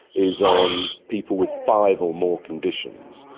is on people with five or more conditions.